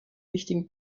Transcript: wichtigen